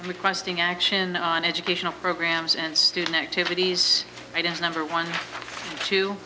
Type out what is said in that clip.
requesting action on educational programs and student activities i don't number one to